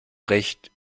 recht